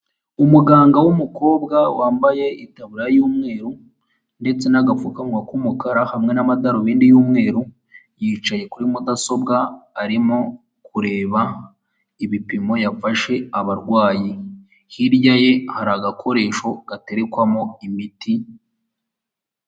Umuganga w'umukobwa wambaye itabura y'umweru ndetse n'agapfukawa k'umukara hamwe n'amadarubindi y'umweru, yicaye kuri mudasobwa arimo kureba ibipimo yafashe abarwayi, hirya ye hari agakoresho gaterekwamo imiti.